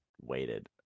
waited